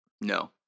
No